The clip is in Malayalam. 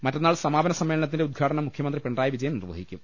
മറ്റന്നാൾ സമാ പന സമ്മേളനത്തിന്റെ ഉദ്ഘാടനം മുഖ്യമന്ത്രി പിണറായി വിജ യൻ നിർവഹിക്കും